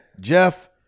jeff